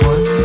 One